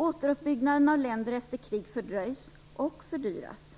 Återuppbyggnaden av länder efter krig fördröjs och fördyras.